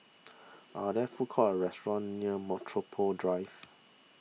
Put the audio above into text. are there food courts or restaurants near Metropole Drive